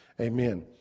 Amen